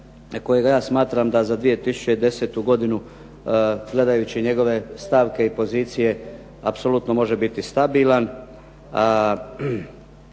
kojega ja smatram da za 2010. godinu gledajući njegove stavke i pozicije apsolutno može biti stabilan.